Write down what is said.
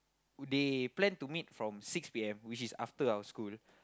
they plan to meet from six P_M which is after our school